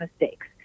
mistakes